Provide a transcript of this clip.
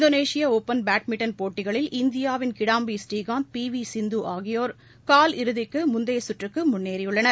இந்தோனேஷிய open badminton போட்டிகளில் இந்தியாவின் Kidambi Srikanth P V Sindhu ஆகியோர் கால் இறுதிக்கு முந்தைய சுற்றுக்கு முன்னேறியுள்ளனர்